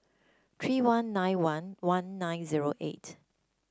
three one nine one one nine zero eight